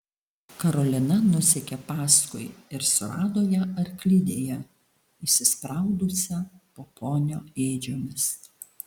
karolina nusekė paskui ir surado ją arklidėje įsispraudusią po ponio ėdžiomis